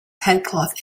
headcloth